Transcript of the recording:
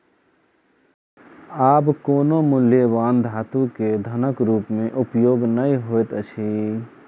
आब कोनो मूल्यवान धातु के धनक रूप में उपयोग नै होइत अछि